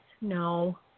No